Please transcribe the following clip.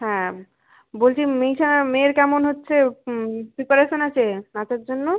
হ্যাঁ বলছি মিশা মেয়ের কেমন হচ্ছে প্রিপারেশন আছে নাচের জন্য